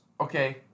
okay